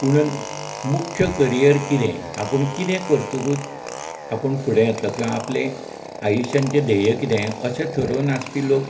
पुणून मुख्य करीयर कितें आपूण कितें करतकूत आपूण फुडें येतलो किंवां आपले आयुश्याचें ध्येय कितें अशें थरोवन आसपी लोक